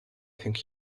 think